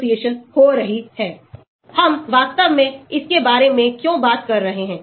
log K a - log P a log Ka Ka σ हम वास्तव में इसके बारे में क्यों बात कर रहे हैं